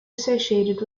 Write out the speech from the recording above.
associated